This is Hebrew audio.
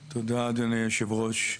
תודה, אדוני היו"ר.